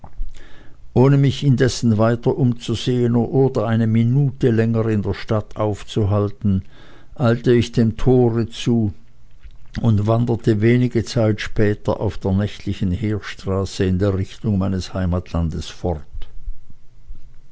ohne mich indessen weiter umzusehen oder eine minute länger in der stadt aufzuhalten eilte ich dem tore zu und wanderte wenige zeit später auf der nächtlichen heerstraße in der richtung meines heimatlandes fort